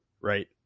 right